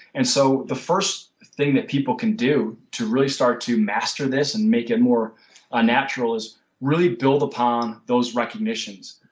and so, the first thing that people can do to really start to master this and make it more ah natural is really build upon those recognitions,